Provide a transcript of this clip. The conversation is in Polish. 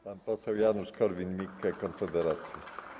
Pan poseł Janusz Korwin-Mikke, Konfederacja.